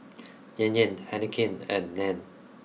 Yan Yan Heinekein and Nan